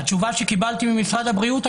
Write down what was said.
התשובה שקיבלתי ממשרד הבריאות הייתה: